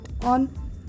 on